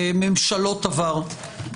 ממשלות עבר.